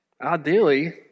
ideally